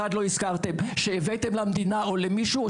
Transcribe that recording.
הזכרתם שהבאתם למדינה או למישהו או